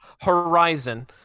Horizon